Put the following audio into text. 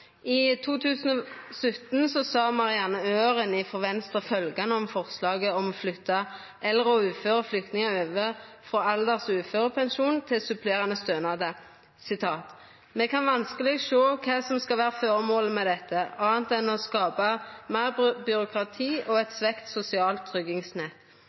I 2017 sa Marianne Øren frå Venstre om forslaget om å flytta eldre og uføre flyktningar over frå alders- og uførepensjon til supplerande stønader: «Me kan vanskeleg sjå kva som skal vere føremålet med dette, anna enn å skape meir byråkrati og eit svekt sosialt tryggingsnett.